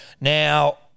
Now